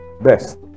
best